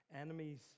enemies